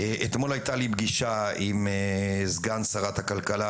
אתמול הייתה לי פגישה עם סגן שרת הכלכלה,